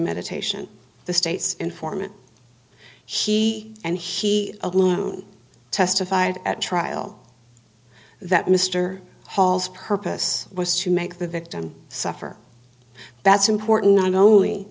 premeditation the state's informant he and he alone testified at trial that mr hall's purpose was to make the victim suffer that's important not only